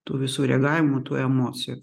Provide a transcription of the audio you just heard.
tų visų reagavimų tų emocijų